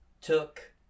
took